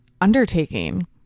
undertaking